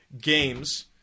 games